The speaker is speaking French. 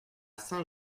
saint